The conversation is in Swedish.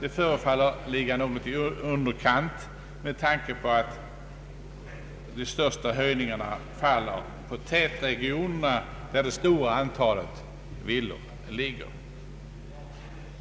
De förefaller ligga något i underkant med tanke på att de största höjningarna faller på tätregionerna, där det stora antalet villor ligger.